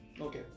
okay